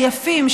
היפים,